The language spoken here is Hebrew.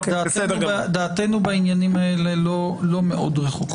דעתנו בעניינים האלה לא מאוד רחוקה.